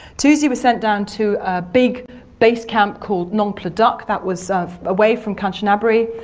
toosey was sent down to a big base camp called nong pladuk, that was away from kanchanaburi,